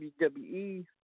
WWE